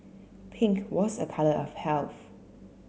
pink was a colour of health